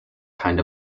kind